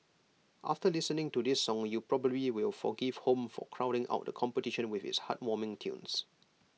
after listening to this song you probably will forgive home for crowding out the competition with its heartwarming tunes